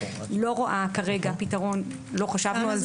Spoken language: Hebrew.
אני לא רואה כרגע פתרון, לא חשבנו על זה.